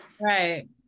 right